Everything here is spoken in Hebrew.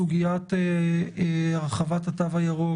מה הסיכוי של אדם מחוסן מאומת להדביק אחרים,